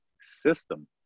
system